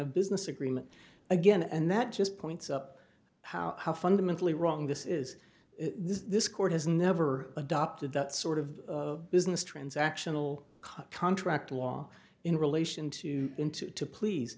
of business agreement again and that just points up how fundamentally wrong this is this court has never adopted that sort of business transactional contract law in relation to into to please